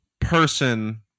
person